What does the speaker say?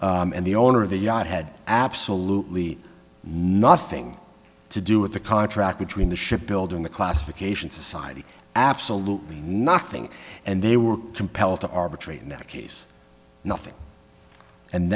and the owner of the yacht had absolutely nothing to do with the contract between the ship building the classification society absolutely nothing and they were compelled to arbitrate in that case nothing and